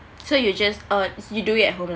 so you just uh you do it at home lah